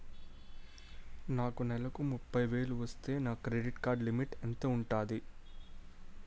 నాకు నెలకు ముప్పై వేలు వస్తే నా క్రెడిట్ కార్డ్ లిమిట్ ఎంత ఉంటాది?